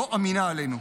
לא אמינה עלינו.